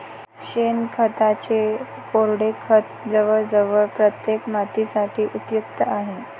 शेणखताचे कोरडे खत जवळजवळ प्रत्येक मातीसाठी उपयुक्त आहे